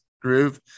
groove